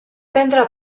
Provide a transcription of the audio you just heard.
prendre